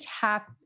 tap